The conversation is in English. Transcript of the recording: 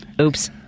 Oops